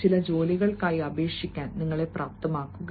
ചില ജോലികൾക്കായി അപേക്ഷിക്കാൻ നിങ്ങളെ പ്രാപ്തമാക്കുക